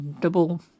double